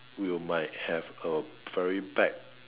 will might have a very bad